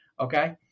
okay